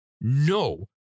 No